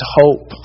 hope